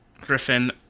Griffin